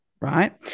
Right